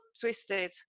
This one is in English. twisted